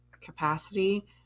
capacity